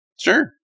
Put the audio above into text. sure